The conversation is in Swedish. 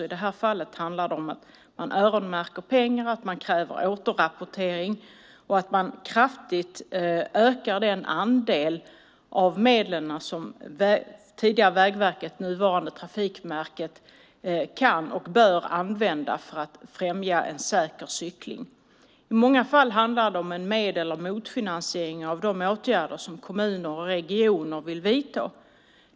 I det här fallet handlar det om att öronmärka pengar, kräva återrapportering och kraftigt öka den andel av medlen som tidigare Vägverket, numera Trafikverket, kan och bör använda för att främja en säker cykling. I många fall handlar det om en med eller motfinansiering av de åtgärder som kommuner och regioner vill vidta.